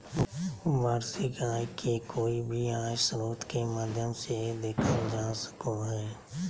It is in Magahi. वार्षिक आय के कोय भी आय स्रोत के माध्यम से देखल जा सको हय